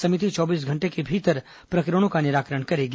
समिति चौबीस घंटे के भीतर प्रकरणों का निराकरण करेगी